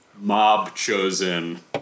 mob-chosen